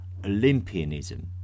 Olympianism